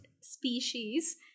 species